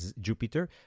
Jupiter